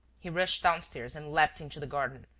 he rushed downstairs and leapt into the garden,